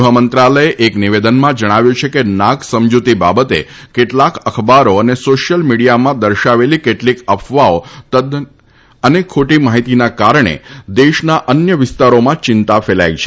ગૃહમંત્રાલયે એક નિવેદનમાં જણાવ્યું છે કે નાગ સમજૂતી બાબતે કેટલાક અખબારો તથા સોશિયલ મીડિયામાં દર્શાવેલી કેટલીક અફવાઓ તથા ખોટી માહિતીના કારણે દેશના અન્ય વિસ્તારોમાં ચિંતા ફેલાઈ છે